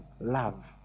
love